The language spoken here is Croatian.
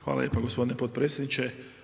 Hvala lijepo gospodine potpredsjedniče.